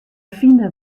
fine